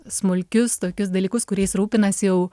smulkius tokius dalykus kuriais rūpinasi jau